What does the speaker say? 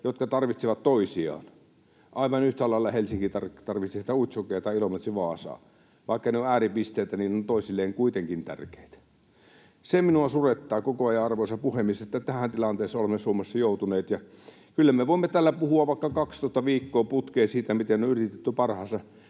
jotka tarvitsevat toisiaan. Aivan yhtä lailla Helsinki tarvitsee sitä Utsjokea tai Ilomantsi Vaasaa. Vaikka ne ovat ääripisteitä, niin ovat toisilleen kuitenkin tärkeitä. Se minua surettaa koko ajan, arvoisa puhemies, että tähän tilanteeseen olemme Suomessa joutuneet. Kyllä me voimme täällä puhua vaikka 12 viikkoa putkeen siitä, miten on yritetty parhaansa.